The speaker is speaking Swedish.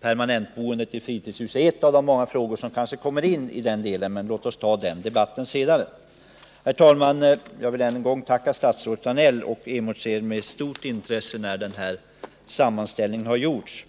Permanentboende i fritidshus är ett av de många områden som kommer in i den delen. Den debatten får vi dock anledning att ta upp senare. Herr talman! Jag vill än en gång tacka statsrådet för svaret på min fråga. Jag emotser med stort intresse handläggandet av den sammanställning som pågår.